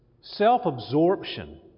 self-absorption